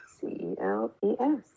C-E-L-E-S